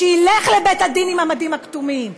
שילך לבית-הדין עם המדים הכתומים,